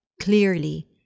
Clearly